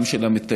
גם של המטיילים,